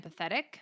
empathetic